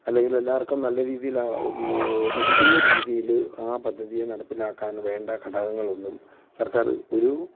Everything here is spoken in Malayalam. അല്ലെങ്കിൽ എല്ലാവർക്കും നല്ല രീതിയിൽ ആ ലഭിക്കുന്ന രീതിയിൽ ആ പദ്ധതിയെ നടപ്പിലാക്കാൻ വേണ്ട ഘടകങ്ങളൊന്നും സർക്കാർ ഒരു